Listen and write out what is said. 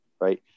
Right